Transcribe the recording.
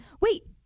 Wait